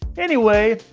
anyway,